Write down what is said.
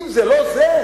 אם זה לא זה,